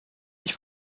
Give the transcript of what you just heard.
mich